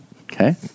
Okay